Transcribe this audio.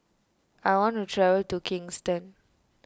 I want to travel to Kingston